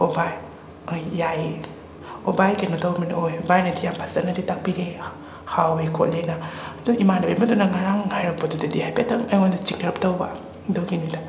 ꯑꯣ ꯚꯥꯏ ꯌꯥꯏꯌꯦ ꯑꯣ ꯚꯥꯏ ꯀꯩꯅꯣ ꯇꯪꯕꯅꯦ ꯍꯣꯏ ꯚꯥꯏꯅꯗꯤ ꯌꯥꯝ ꯐꯖꯅꯗꯤ ꯇꯥꯛꯄꯤꯔꯦ ꯍꯥꯎꯋꯦ ꯈꯣꯠꯂꯦꯅ ꯑꯗꯣ ꯏꯃꯥꯟꯅꯕꯤ ꯑꯃꯗꯨꯅ ꯉꯔꯥꯡ ꯍꯥꯏꯔꯛꯄꯗꯨꯗꯗꯤ ꯍꯥꯏꯐꯦꯇꯪ ꯑꯩꯉꯣꯟꯗ ꯆꯤꯡꯅꯔꯞ ꯇꯪꯕ ꯑꯗꯨꯒꯤꯅꯤꯗ